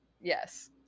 yes